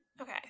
okay